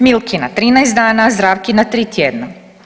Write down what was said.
Milkina 13 dana, a Zdravkina 3 tjedna.